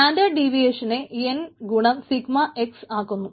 standard deviation N ഗുണം sigma X ആകുന്നു